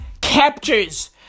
captures